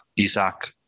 Isaac